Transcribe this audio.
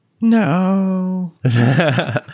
No